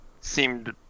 seemed